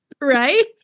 Right